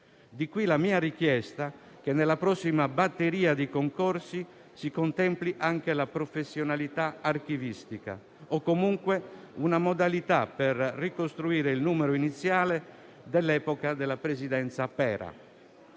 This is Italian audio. Di qui la mia richiesta che nella prossima batteria di concorsi si contempli anche la professionalità archivistica o comunque una modalità per ricostruire il numero iniziale di unità dell'epoca della presidenza Pera.